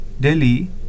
Delhi